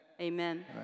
Amen